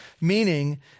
meaning